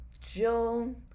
Jill